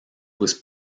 was